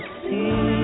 see